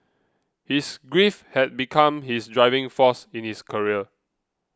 his grief had become his driving force in his career